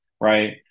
right